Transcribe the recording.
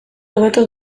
hobetu